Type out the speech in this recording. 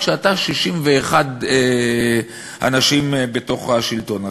גם כשאתם 61 אנשים בתוך השלטון הזה.